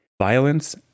violence